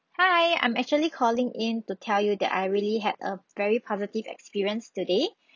hi I'm actually calling in to tell you that I really had a very positive experience today